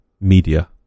media